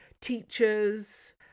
teachers